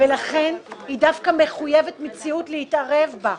ולכן זה דווקא מחייב מציאות להתערב בה.